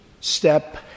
Step